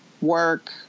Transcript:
work